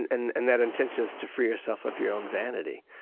and and and that intention is to free yourself of your own vanity.